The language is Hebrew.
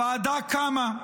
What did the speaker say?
הוועדה קמה.